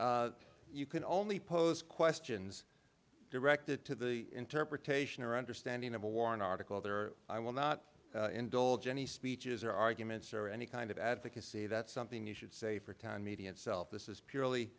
you can only pose questions directed to the interpretation or understanding of a warren article there or i will not indulge any speeches or arguments or any kind of advocacy that's something you should say for time media itself this is purely